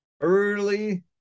early